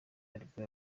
nibwo